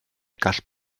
gall